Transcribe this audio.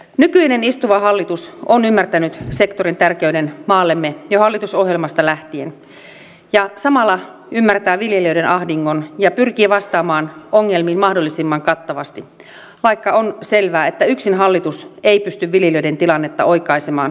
nykyinen istuva hallitus on ymmärtänyt sektorin tärkeyden maallemme jo hallitusohjelmasta lähtien ja samalla ymmärtää viljelijöiden ahdingon ja pyrkii vastaamaan ongelmiin mahdollisimman kattavasti vaikka on selvää että yksin hallitus ei pysty viljelijöiden tilannetta oikaisemaan